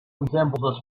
resembles